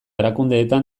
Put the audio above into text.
erakundeetan